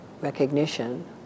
recognition